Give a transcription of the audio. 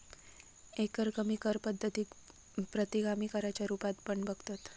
एकरकमी कर पद्धतीक प्रतिगामी कराच्या रुपात पण बघतत